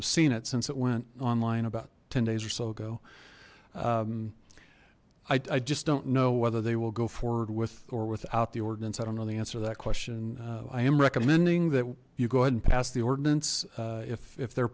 i've seen it since it went online about ten days or so ago i just don't know whether they will go forward with or without the ordinance i don't know the answer to that question i am recommending that you go ahead and pass the ordinance if if their